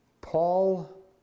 Paul